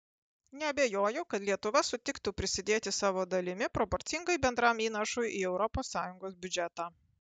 neabejoju kad lietuva sutiktų prisidėti savo dalimi proporcingai bendram įnašui į europos sąjungos biudžetą